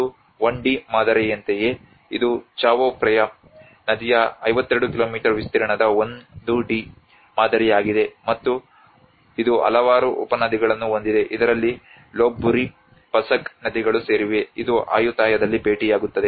ಇದು 1 D ಮಾದರಿಯಂತೆಯೇ ಇದು ಚಾವೊ ಫ್ರೇಯಾ ನದಿಯ 52 ಕಿಲೋಮೀಟರ್ ವಿಸ್ತೀರ್ಣದ 1 ಡಿ ಮಾದರಿಯಾಗಿದೆ ಮತ್ತು ಇದು ಹಲವಾರು ಉಪನದಿಗಳನ್ನು ಹೊಂದಿದೆ ಇದರಲ್ಲಿ ಲೋಪ್ಬುರಿLopburi ಪಸಕ್ ನದಿಗಳು ಸೇರಿವೆ ಇದು ಆಯುಥಾಯದಲ್ಲಿ ಭೇಟಿಯಾಗುತ್ತದೆ